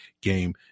game